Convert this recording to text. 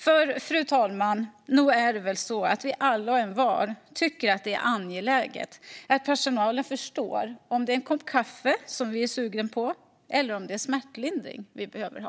För, fru talman, nog tycker vi väl alla och envar att det är angeläget att personalen förstår om det är en kopp kaffe vi är sugna på eller om det är smärtlindring vi behöver ha?